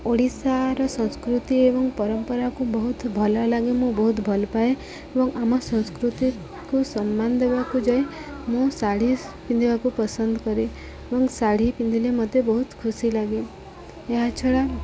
ଓଡ଼ିଶାର ସଂସ୍କୃତି ଏବଂ ପରମ୍ପରାକୁ ବହୁତ ଭଲ ଲାଗେ ମୁଁ ବହୁତ ଭଲ ପାଏ ଏବଂ ଆମ ସଂସ୍କୃତିକୁ ସମ୍ମାନ ଦେବାକୁ ଯାଇ ମୁଁ ଶାଢ଼ୀ ପିନ୍ଧିବାକୁ ପସନ୍ଦ କରେ ଏବଂ ଶାଢ଼ୀ ପିନ୍ଧିଲେ ମୋତେ ବହୁତ ଖୁସି ଲାଗେ ଏହା ଛଡ଼ା